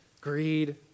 greed